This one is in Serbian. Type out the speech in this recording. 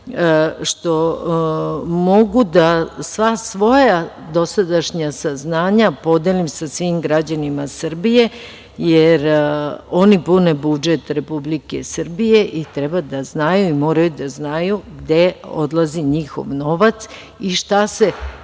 što mogu da sva svoja dosadašnja saznanja podelim sa svim građanima Srbije, jer oni pune budžet Republike Srbije i treba da znaju i moraju da znaju gde odlazi njihov novac i šta se